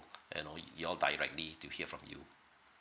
you know you all directly to hear from you